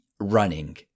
running